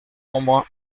embrun